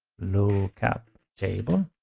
lookup table.